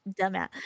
dumbass